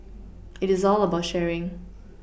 it is all about sharing